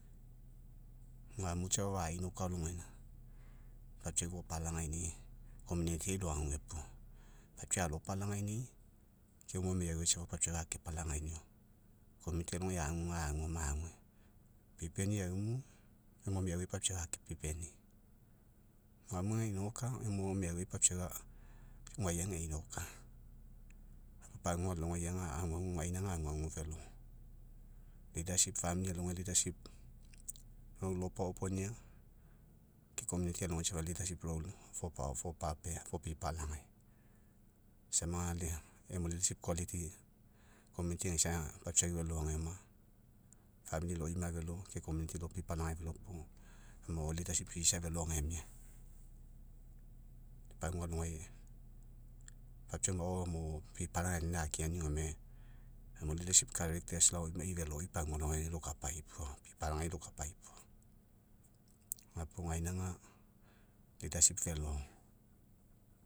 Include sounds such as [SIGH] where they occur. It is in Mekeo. Guamu safa faenoka alogaina, papiau fopalagaini'i. Kominitiai loagu puo, papiau alopalagaini'i, oi emu miauai safa, papiau ake palagainio. Kominiti alogai ga aguoma agu. Pipeni aumu, emu miauai papiau ake pipeni. Guamu ageinoka, oi emu miauai papiau [HESITATION] guai ageinoka. Pagua alogai aga, aguagu gaina aguagu velo. [UNINTELLIGIBLE] alogai [UNINTELLIGIBLE] lo pao'opunania, kominiti alogai safa [UNINTELLIGIBLE] [HESITATION] fopipalagai. Samagai emu [UNINTELLIGIBLE] kominiti ageisa, papiau velo ageoma [UNINTELLIGIBLE] loima velo, ke kominiti lopipalagai velo puo, amo [UNINTELLIGIBLE] isa velo agemia. Pagua alogai, papiau mao, amo pipalagai anina akeani, gome [UNINTELLIGIBLE] laoimai veloi, pagua aloiai lokapai puo, pipalagai puo. Gapua gainaga [UNINTELLIGIBLE] velo.